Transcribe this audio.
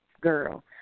girl